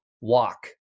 Walk